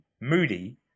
moody